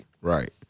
Right